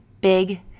big